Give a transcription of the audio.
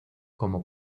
como